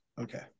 Okay